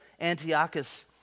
Antiochus